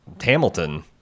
Hamilton